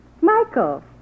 Michael